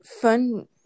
fun